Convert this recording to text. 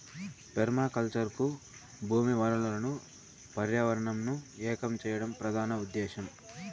permaculture కు భూమి వనరులను పర్యావరణంను ఏకం చేయడం ప్రధాన ఉదేశ్యం